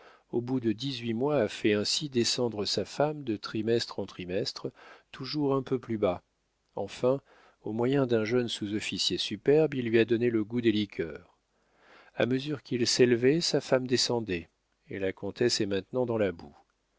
au bout de dix-huit mois a fait ainsi descendre sa femme de trimestre en trimestre toujours un peu plus bas enfin au moyen d'un jeune sous-officier superbe il lui a donné le goût des liqueurs a mesure qu'il s'élevait sa femme descendait et la comtesse est maintenant dans la boue